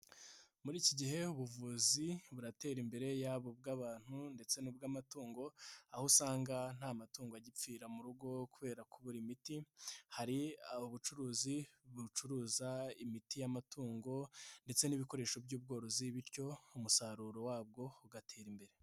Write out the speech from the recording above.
Muri iki gihe ubuvuzi buratera imbere yaba ubw'abantu ndetse n'ubw'amatungo, aho usanga nta matungo agipfira mu rugo kubera kubura miti, hari ubucuruzi bucuruza imiti y'amatungo ndetse n'ibikoresho by'ubworozi bityo umusaruro wabwo ugatera imbere.